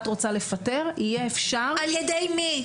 את רוצה לפטר, יהיה אפשר --- על ידי מי?